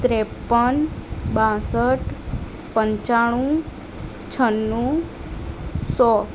ત્રેપન બાસઠ પંચાણું છન્નું સો